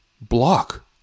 block